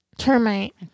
Termite